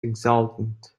exultant